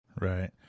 Right